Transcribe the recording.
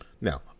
Now